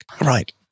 Right